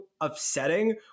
upsetting